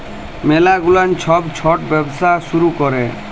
ম্যালা গুলান ছব ছট ব্যবসা শুরু ক্যরে